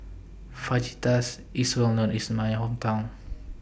Fajitas IS Well known in My Hometown